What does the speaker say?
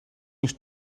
ich